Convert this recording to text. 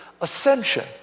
ascension